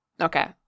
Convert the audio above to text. Okay